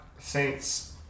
Saints